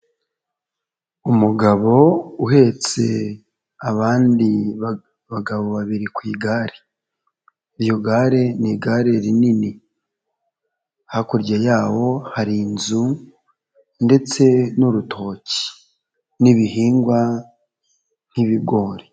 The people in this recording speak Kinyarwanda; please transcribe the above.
Umugabo uhetse abandi bagabo babiri ku igare. Iryo gare ni igare rinini. Hakurya yaho hari inzu ndetse n'urutoki n'ibihingwa nk'ibigori.